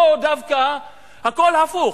פה דווקא הכול הפוך.